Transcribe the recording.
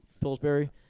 Pillsbury